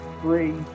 three